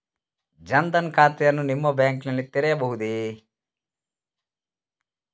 ಜನ ದನ್ ಖಾತೆಯನ್ನು ನಿಮ್ಮ ಬ್ಯಾಂಕ್ ನಲ್ಲಿ ತೆರೆಯಬಹುದೇ?